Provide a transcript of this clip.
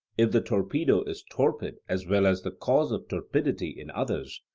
if the torpedo is torpid as well as the cause of torpidity in others,